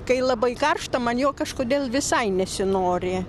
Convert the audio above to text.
kai labai karšta man jo kažkodėl visai nesinori